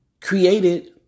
created